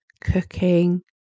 cooking